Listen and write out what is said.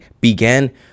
began